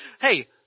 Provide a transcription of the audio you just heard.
hey